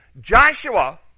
Joshua